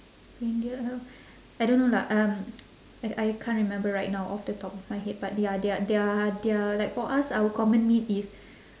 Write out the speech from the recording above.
reindeer elk I don't know lah um I I can't remember right now off the top of my head but ya their their their like for us our common meat is